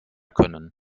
können